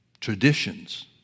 traditions